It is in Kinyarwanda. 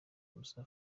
musa